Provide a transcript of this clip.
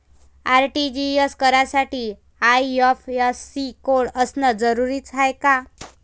RTGS करासाठी IFSC code असनं जरुरीच हाय का?